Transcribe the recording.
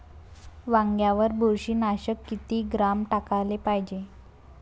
वांग्यावर बुरशी नाशक किती ग्राम टाकाले पायजे?